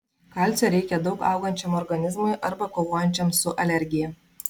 kalcio reikia daug augančiam organizmui arba kovojančiam su alergija